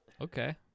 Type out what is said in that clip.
Okay